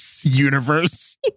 universe